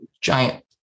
giant